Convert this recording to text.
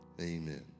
amen